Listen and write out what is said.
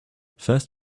fast